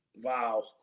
Wow